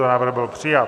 Návrh byl přijat.